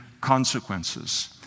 consequences